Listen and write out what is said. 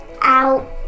out